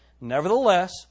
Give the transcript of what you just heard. Nevertheless